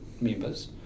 members